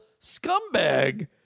scumbag